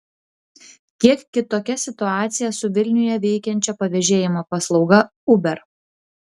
kiek kitokia situacija su vilniuje veikiančia pavežėjimo paslauga uber